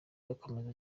akomeza